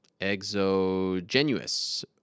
exogenous